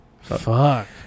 Fuck